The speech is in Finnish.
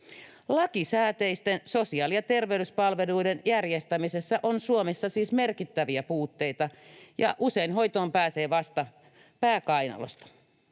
Lakisääteisten sosiaali‑ ja terveyspalveluiden järjestämisessä on Suomessa siis merkittäviä puutteita, ja usein hoitoon pääsee vasta pää kainalossa.